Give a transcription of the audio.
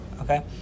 Okay